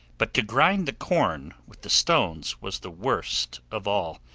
but to grind the corn with the stones was the worst of all,